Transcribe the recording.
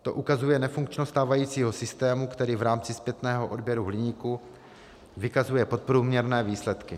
To ukazuje nefunkčnost stávajícího systému, který v rámci zpětného odběru hliníku vykazuje podprůměrné výsledky.